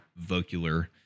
vocular